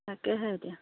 তাকেহে এতিয়া